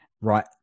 right